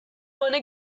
wanna